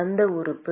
அந்த உறுப்பு